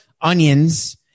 onions